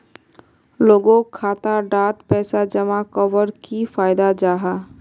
लोगोक खाता डात पैसा जमा कवर की फायदा जाहा?